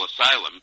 asylum